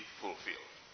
fulfilled